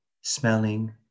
smelling